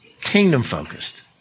kingdom-focused